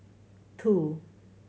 two